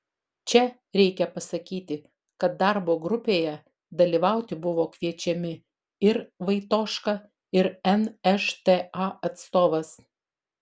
čia reikia pasakyti kad darbo grupėje dalyvauti buvo kviečiami ir vaitoška ir nšta atstovas